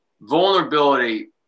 vulnerability